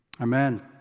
Amen